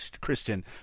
Christian